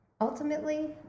ultimately